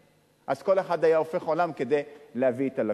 אז כל אחד היה הופך עולם כדי להביא את הלקוח.